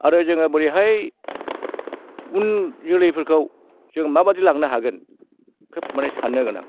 आरो जोङो बोरैहाय उन जोलैफोरखौ जों माबायदि लांनो हागोन खोब माने सान्नो गोनां